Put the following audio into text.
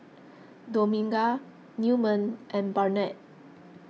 Dominga Newman and Barnett